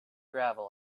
gravel